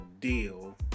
deal